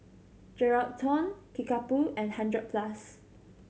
Geraldton Kickapoo and Hundred Plus